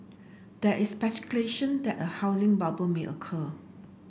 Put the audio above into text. there is speculation that a housing bubble may occur